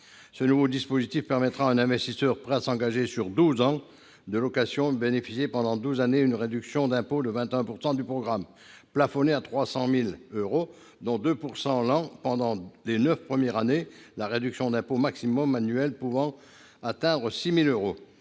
Ce nouveau dispositif permettra à un investisseur prêt à s'engager sur douze ans de location de bénéficier, pendant toute cette durée, d'une réduction d'impôt de 21 % du programme, plafonnée à 300 000 euros, dont 2 % l'an pendant les neuf premières années, la réduction d'impôt maximale annuelle pouvant ainsi atteindre 6 000 euros.